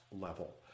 level